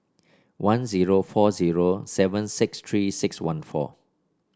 one zero four zero seven six Three six one four